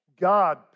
God